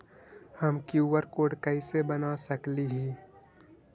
हम QR code कैसे बना सकली ही?